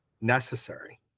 necessary